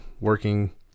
working